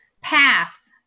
path